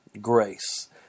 grace